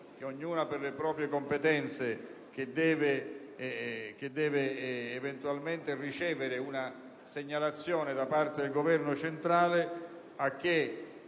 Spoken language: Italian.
di esse, per le proprie competenze, deve eventualmente ricevere una segnalazione da parte del Governo centrale,